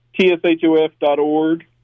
TSHOF.org